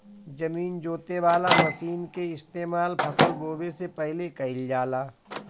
जमीन जोते वाला मशीन के इस्तेमाल फसल बोवे से पहिले कइल जाला